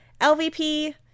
LVP